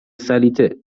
سلیطه